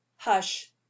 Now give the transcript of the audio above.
hush